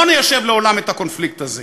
לא ניישב לעולם את הקונפליקט הזה.